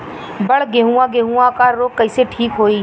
बड गेहूँवा गेहूँवा क रोग कईसे ठीक होई?